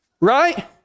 Right